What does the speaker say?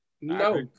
No